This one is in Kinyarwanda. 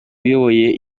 ayoboye